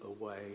away